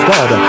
God